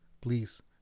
please